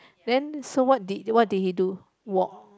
then so what did what did he do walk